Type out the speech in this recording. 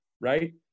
right